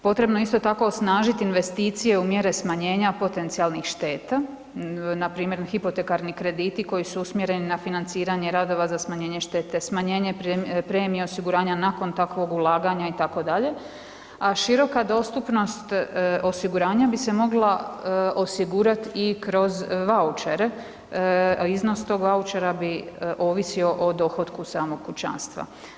Potrebno je isto tako osnažiti investicije u mjere smanjenja potencijalnih šteta, npr. hipotekarni krediti koji su usmjereni na financiranje radova za smanjenje štete, smanjenje premije osiguranja nakon takvog ulaganja itd., a široka dostupnost osiguranja bi se mogla osigurat i kroz vaučere, a iznos tog vaučera bi ovisio o dohotku samog kućanstva.